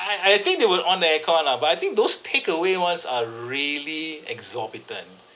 I I think they will on the air-con lah but I think those takeaway ones are really exorbitant